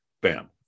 bam